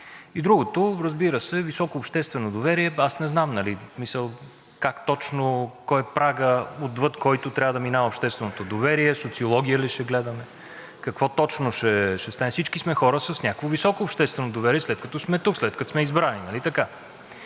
И другото, разбира се, е високо обществено доверие. Аз не знам как точно – кой е прагът, отвъд който трябва да минава общественото доверие – социология ли ще гледаме, какво точно?! Всички сме хора с някакво високо обществено доверие, след като сме тук, след като сме избрани. Нали така?